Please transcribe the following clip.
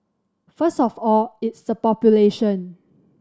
first of all it's the population